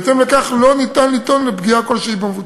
בהתאם לכך, לא ניתן לטעון לפגיעה כלשהי במבוטחים.